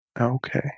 Okay